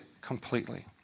completely